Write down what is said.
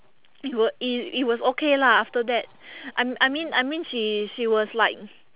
it w~ it it was okay lah after that I I mean I mean she she was like